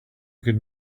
could